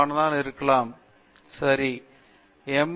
பேராசிரியர் பிரதாப் ஹரிதாஸ் சரி எம்